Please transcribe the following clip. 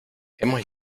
hemos